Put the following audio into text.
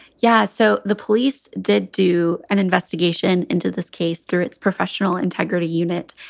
yeah so the police did do an investigation into this case through its professional integrity unit.